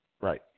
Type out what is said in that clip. Right